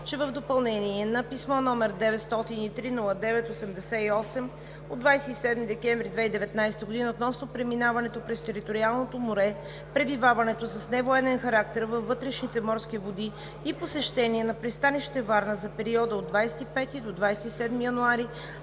че в допълнение на писмо, № 903-09-88 от 27 декември 2019 г., относно преминаването през териториалното море, пребиваването с невоенен характер във вътрешните морски води и посещението на пристанище Варна за периода от 25 до 27 януари